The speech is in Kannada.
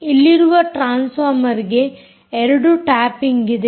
ಇಲ್ಲಿರುವ ಟ್ರಾನ್ಸ್ ಫಾರ್ಮರ್ ಗೆ 2 ಟ್ಯಾಪಿಂಗ್ ಇದೆ